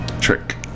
trick